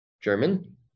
German